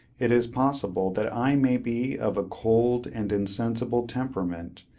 it is possible that i may be of a cold and insensible temperament,